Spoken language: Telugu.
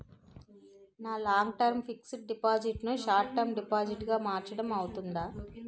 నా లాంగ్ టర్మ్ ఫిక్సడ్ డిపాజిట్ ను షార్ట్ టర్మ్ డిపాజిట్ గా మార్చటం అవ్తుందా?